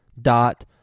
dot